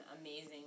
amazing